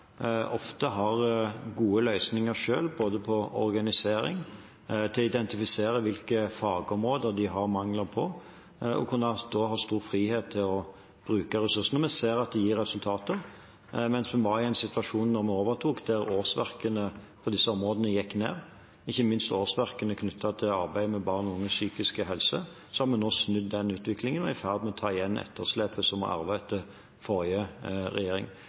ofte har gode løsninger selv både på organisering og til å identifisere hvilke fagområder de har mangler på, og vil kunne ha stor frihet til å bruke ressursene. Vi ser at det gir resultater. Mens vi var i en situasjon da vi overtok, der årsverkene på disse områdene gikk ned, ikke minst årsverkene knyttet til arbeidet med barn og unges psykiske helse, har vi nå snudd utviklingen og er i ferd med å ta igjen etterslepet som vi arvet etter forrige regjering.